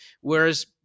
whereas